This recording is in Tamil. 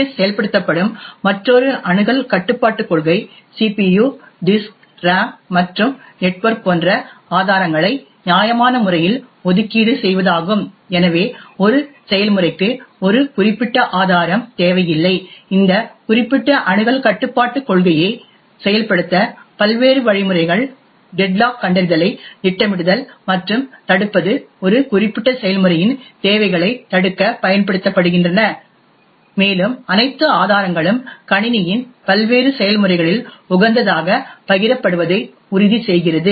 எஸ் செயல்படுத்தப்படும் மற்றொரு அணுகல் கட்டுப்பாட்டுக் கொள்கை CPU disk RAM மற்றும் நெட்வொர்க் போன்ற ஆதாரங்களை நியாயமான முறையில் ஒதுக்கீடு செய்வதாகும் எனவே ஒரு செயல்முறைக்கு ஒரு குறிப்பிட்ட ஆதாரம் தேவையில்லை இந்த குறிப்பிட்ட அணுகல் கட்டுப்பாட்டுக் கொள்கையை செயல்படுத்த பல்வேறு வழிமுறைகள் டெட்லாக் கண்டறிதலை திட்டமிடுதல் மற்றும் தடுப்பது ஒரு குறிப்பிட்ட செயல்முறையின் தேவைகளைத் தடுக்க பயன்படுத்தப்படுகின்றன மேலும் அனைத்து ஆதாரங்களும் கணினியின் பல்வேறு செயல்முறைகளில் உகந்ததாக பகிரப்படுவதை உறுதிசெய்கிறது